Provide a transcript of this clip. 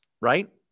right